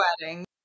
wedding